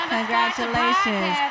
Congratulations